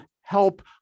help